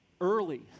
early